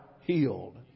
healed